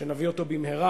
שנביא אותו במהרה,